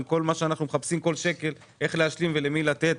אנחנו מחפשים כל שקל איך להשלים ולמי לתת.